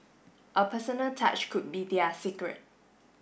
a personal touch could be their secret